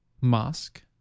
Mosque